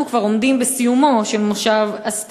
אנחנו כבר עומדים בסיומו של כנס הסתיו,